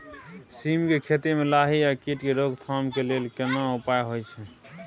सीम के खेती म लाही आ कीट के रोक थाम के लेल केना उपाय होय छै?